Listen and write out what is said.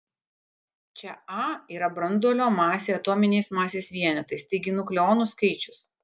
čia a yra branduolio masė atominiais masės vienetais taigi nukleonų skaičius